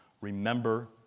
remember